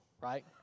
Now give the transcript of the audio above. right